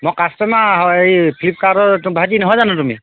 মই কাষ্টমাৰ হয় এই ফ্লিপকাৰ্টৰ ভাইটি নহয় জানো তুমি